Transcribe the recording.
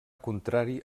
contrari